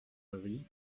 avis